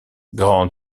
grand